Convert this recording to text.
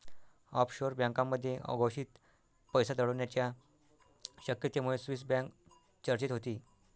offshore बँकांमध्ये अघोषित पैसा दडवण्याच्या शक्यतेमुळे स्विस बँक चर्चेत होती